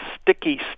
sticky